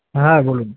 হ্যাঁ বলুন